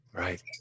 Right